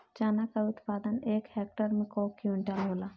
चना क उत्पादन एक हेक्टेयर में कव क्विंटल होला?